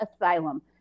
asylum